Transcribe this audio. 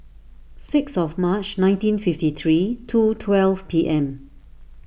six of March nineteen fifty three two twelve P M